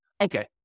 Okay